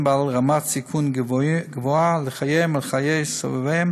בעלי רמת סיכון גבוהה לחייהם ולחיי סובביהם,